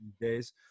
days